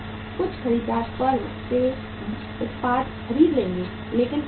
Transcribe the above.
कुछ खरीदार फर्म से उत्पाद खरीद लेंगे लेकिन क्रेडिट पर